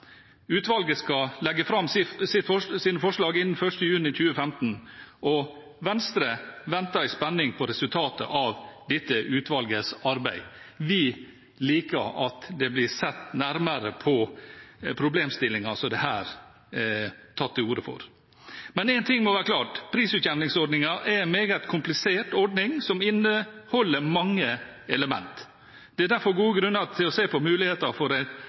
Utvalget skal legge fram sine forslag innen 1. juni 2015. Venstre venter i spenning på resultatet av dette utvalgets arbeid. Vi liker at det blir sett nærmere på problemstillingen som det her er tatt til orde for. Men én ting må være klart: Prisutjevningsordningen er en meget komplisert ordning som inneholder mange elementer. Det er derfor gode grunner til å se på mulighetene for en